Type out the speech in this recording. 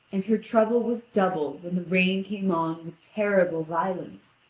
and her trouble was doubled when the rain came on with terrible violence,